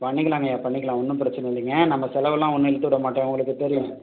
பண்ணிக்கலாங்கய்யா பண்ணிக்கலாம் ஒன்றும் பிரச்சனை இல்லைங்க நம்ப செலவுலாம் ஒன்றும் இழுத்துவிட மாட்டோம் உங்களுக்கு தெரியும்